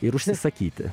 ir užsisakyti